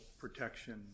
protection